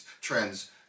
trends